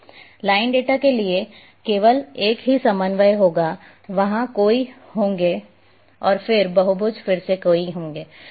line data के लिए केवल एक ही समन्वय होगा वहाँ कई होंगे और फिर बहुभुज फिर से कई होंगे